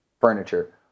furniture